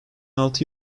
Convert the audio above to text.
altı